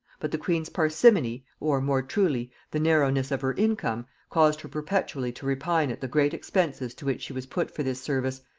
but the queen's parsimony, or, more truly, the narrowness of her income, caused her perpetually to repine at the great expenses to which she was put for this service,